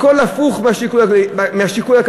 הכול הפוך מהשיקול הכלכלי.